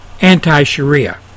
anti-Sharia